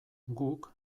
guk